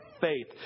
faith